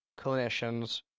clinicians